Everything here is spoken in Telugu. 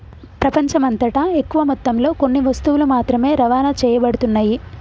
ప్రపంచమంతటా ఎక్కువ మొత్తంలో కొన్ని వస్తువులు మాత్రమే రవాణా చేయబడుతున్నాయి